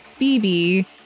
BB